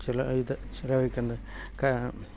ചില ഇത് ചിലവഴിക്കുന്നത് കാ